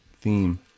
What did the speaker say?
theme